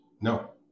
No